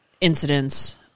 incidents